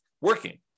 working